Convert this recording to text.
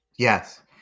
Yes